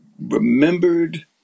remembered